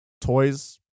toys